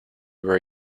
where